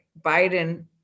Biden